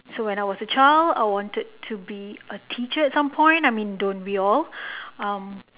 so when I was a child I wanted to be a teacher at some point I mean don't we all um